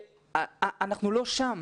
אנחנו לא שם.